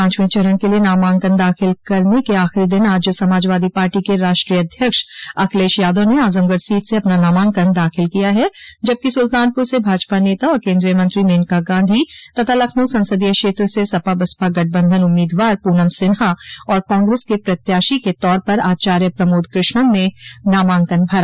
पांचवें चरण के लिये नामांकन दाखिल करने के आखिरी दिन आज समाजवादी पार्टी के राष्ट्रीय अध्यक्ष अखिलेश यादव ने आज़मगढ़ सीट से अपना नामांकन दाख़िल किया है जबकि सुल्तानपुर से भाजपा नेता और केन्द्रीय मंत्री मेनका गांधी तथा लखनऊ संसदीय क्षेत्र से सपा बसपा गठबंधन उम्मीदवार पूनम सिन्हा और कांग्रेस के प्रत्याशी के तौर पर आचार्य प्रमोद कृष्णम ने नामांकन भरा